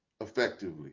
effectively